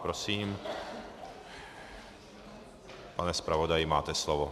Prosím, pane zpravodaji, máte slovo.